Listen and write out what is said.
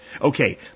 Okay